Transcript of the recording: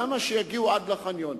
למה שיגיעו עד לחניון?